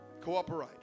cooperate